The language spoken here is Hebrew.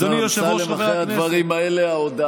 אדוני היושב-ראש, חברי הכנסת,